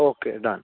okay done